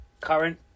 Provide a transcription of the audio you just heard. Current